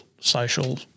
social